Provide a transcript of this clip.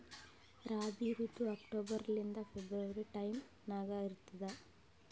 ರಾಬಿ ಋತು ಅಕ್ಟೋಬರ್ ಲಿಂದ February time ನಾಗ ಇರ್ತದ